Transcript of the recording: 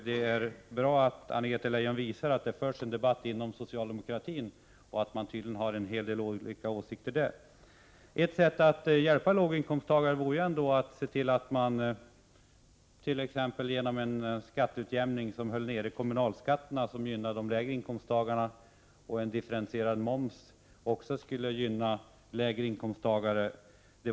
Det är bra att Anna-Greta Leijon visar att det förs en debatt inom socialdemokratin, och att man tydligen har en hel del olika åsikter där. Ett sätt att hjälpa låginkomsttagare vore en skatteutjämning som höll nere kommunalskatterna, vilket ju gynnar de lägre inkomsttagarna, och att införa differentierad moms som också skulle gynna de lägre inkomsttagarna.